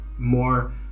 More